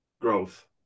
growth